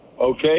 Okay